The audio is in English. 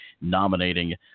nominating